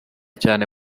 cyane